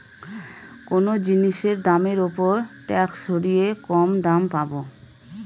কোনো জিনিসের দামের ওপর ট্যাক্স সরিয়ে কম দামে পাবো